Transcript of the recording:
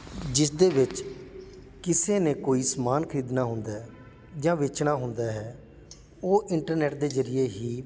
ਜਿਸ ਦੇ ਵਿੱਚ ਕਿਸੇ ਨੇ ਕੋਈ ਸਮਾਨ ਖਰੀਦਣਾ ਹੁੰਦਾ ਜਾਂ ਵੇਚਣਾ ਹੁੰਦਾ ਹੈ ਉਹ ਇੰਟਰਨੈੱਟ ਦੇ ਜ਼ਰੀਏ ਹੀ